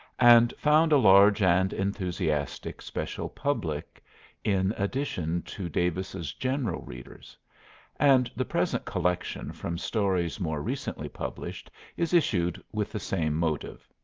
and found a large and enthusiastic special public in addition to davis's general readers and the present collection from stories more recently published is issued with the same motive.